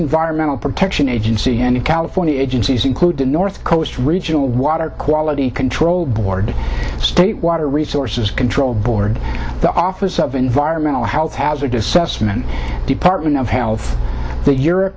environmental protection agency any california agencies including north coast regional water quality control board state water resources control board the office of environmental health hazard assessment department of health the europe